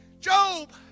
Job